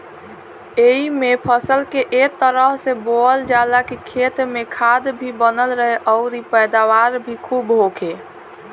एइमे फसल के ए तरह से बोअल जाला की खेत में खाद भी बनल रहे अउरी पैदावार भी खुब होखे